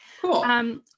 Cool